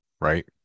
right